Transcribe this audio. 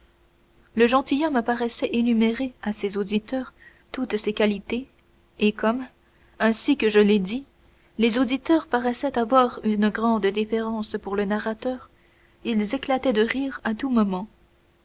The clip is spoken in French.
le gentilhomme paraissait énumérer à ses auditeurs toutes ses qualités et comme ainsi que je l'ai dit les auditeurs paraissaient avoir une grande déférence pour le narrateur ils éclataient de rire à tout moment